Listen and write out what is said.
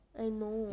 I know